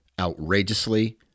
outrageously